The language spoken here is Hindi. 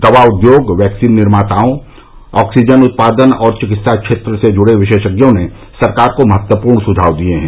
दवा उद्योग वैक्सीन निर्माताओं ऑक्सीजन उत्पादन और चिकित्सा क्षेत्र से जूड़े विशेषज्ञों ने सरकार को महत्वपूर्ण सुझाव दिए हैं